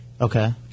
Okay